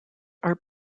are